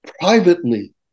privately